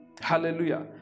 Hallelujah